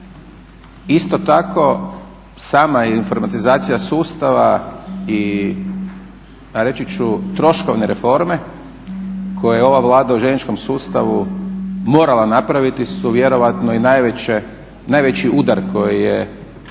Isto tako sama informatizacija sustava i reći ću troškovne reforme koju je ova Vlada u željezničkom sustavu morala napraviti su vjerojatno i najveći udar koji je bio